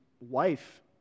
wife